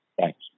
Thanks